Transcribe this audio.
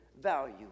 value